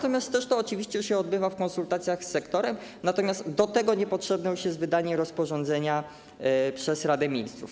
To też oczywiście się odbywa w konsultacjach z sektorem, natomiast do tego nie potrzebne już jest wydanie rozporządzenia przez Radę Ministrów.